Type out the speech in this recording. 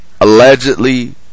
Allegedly